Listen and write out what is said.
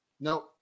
No